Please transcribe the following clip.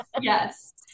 Yes